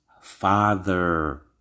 father